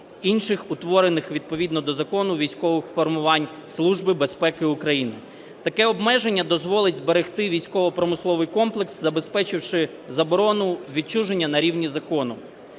інших утворених відповідно до закону військових формувань Служби безпеки України. Таке обмеження дозволить зберегти військово-промисловий комплекс, забезпечивши заборону відчуження на рівні закону.